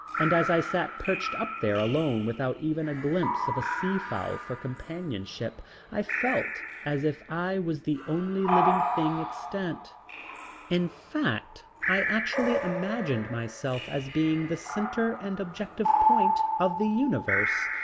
and as i sat perched up there alone without even a glimpse of a sea-fowl for companionship i felt as if i was the only living thing extant in fact, i actually imagined myself as being the center and objective point of the universe.